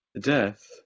death